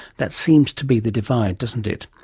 that seems to be the divide, doesn't it?